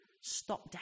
Stop